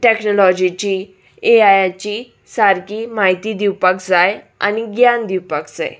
टॅक्नोलॉजीची एआयाची सारकी म्हायती दिवपाक जाय आनी ज्ञान दिवपाक जाय